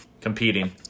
competing